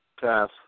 Pass